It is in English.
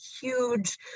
huge